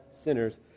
sinners